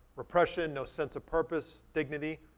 oppression, no sense of purpose, dignity,